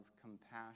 compassion